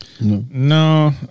No